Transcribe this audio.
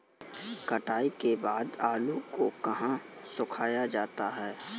कटाई के बाद आलू को कहाँ सुखाया जाता है?